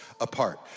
apart